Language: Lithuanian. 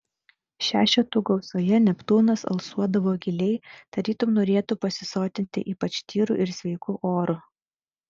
šešetų gausoje neptūnas alsuodavo giliai tarytum norėtų pasisotinti ypač tyru ir sveiku oru